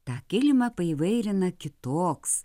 tą kilimą paįvairina kitoks